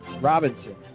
Robinson